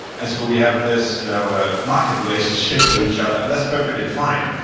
and so we have this you know ah market relationship to each other. and that's perfectly fine.